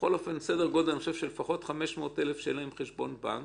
בכל אופן סדר גודל של לפחות 500,000 אזרחים שאין בבעלותם חשבון בנק